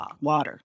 water